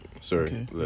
sorry